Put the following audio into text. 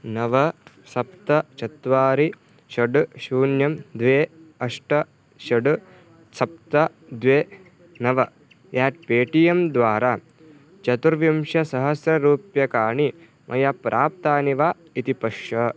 नव सप्त चत्वारि षट् शून्यं द्वे अष्ट षट् सप्त द्वे नव एट् पे टी एम् द्वारा चतुर्विंशति सहस्ररूप्यकाणि मया प्राप्तानि वा इति पश्य